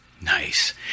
Nice